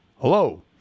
hello